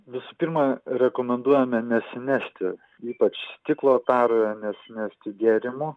visų pirma rekomenduojame nesinešti ypač stiklo taroje nesinešti gėrimų